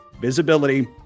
visibility